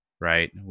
right